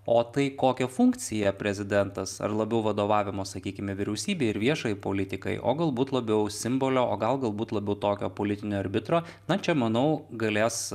o tai kokią funkciją prezidentas ar labiau vadovavimo sakykime vyriausybei ir viešai politikai o galbūt labiau simbolio o gal galbūt labiau tokio politinio arbitro na čia manau galės